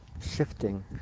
shifting